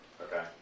Okay